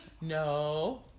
No